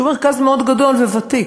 שהוא מרכז מאוד גדול וותיק,